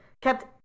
kept